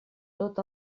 tot